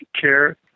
care